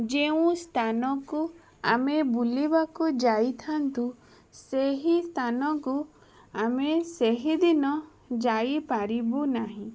ଯେଉଁ ସ୍ଥାନକୁ ଆମେ ବୁଲିବାକୁ ଯାଇଥାନ୍ତୁ ସେହି ସ୍ଥାନକୁ ଆମେ ସେହିଦିନ ଯାଇପାରିବୁ ନାହିଁ